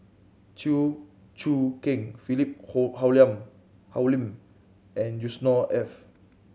Chew Choo Keng Philip Hoalim and Yusnor Ef